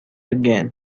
again